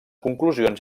conclusions